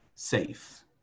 safe